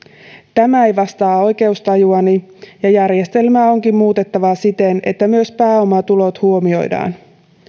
tämä ei vastaa oikeustajuani ja järjestelmää onkin muutettava siten että myös pääomatulot huomioidaan